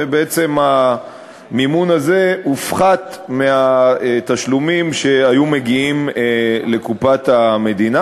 ובעצם המימון הזה הופחת מהתשלומים שהיו מגיעים מקופת המדינה,